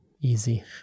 Easy